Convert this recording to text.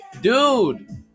dude